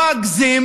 לא אגזים